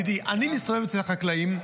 ידידי, אני מסתובב אצל החקלאים.